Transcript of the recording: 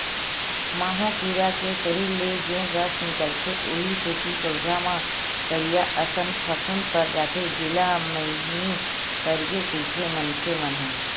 माहो कीरा के सरीर ले जेन रस निकलथे उहीं सेती पउधा म करिया असन फफूंद पर जाथे जेला मइनी परगे कहिथे मनखे मन ह